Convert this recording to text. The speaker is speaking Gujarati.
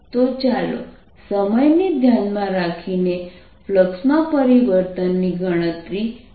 તો ચાલો સમયને ધ્યાનમાં રાખીને ફ્લક્સ માં પરિવર્તન ની ગણતરી કરીએ